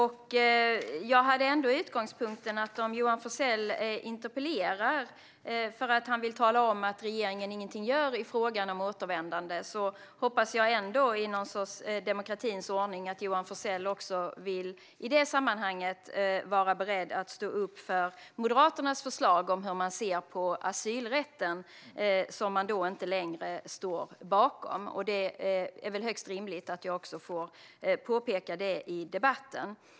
Min utgångspunkt var att om Johan Forssell interpellerar för att han vill tala om att regeringen ingenting gör i frågan om återvändande så hoppas jag ändå, i någon sorts demokratins ordning, att Johan Forssell i det sammanhanget även är beredd att stå upp för Moderaternas förslag om hur man ser på asylrätten, som man inte längre står bakom. Det är väl högst rimligt att jag också får påpeka det i debatten.